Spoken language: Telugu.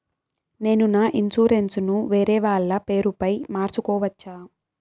నేను నా ఇన్సూరెన్సు ను వేరేవాళ్ల పేరుపై మార్సుకోవచ్చా?